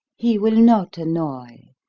he will not annoy.